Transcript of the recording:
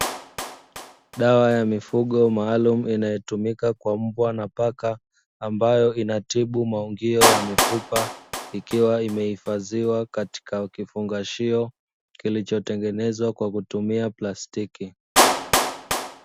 Dawa ya mifugo maalumu inayotumika kwa mbwa na paka ambayo inatibu maungio ya mifupa ikiwa imehifadhiwa katika kifungashio kilichotengenezwa kwa kutumia plastiki.